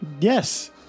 Yes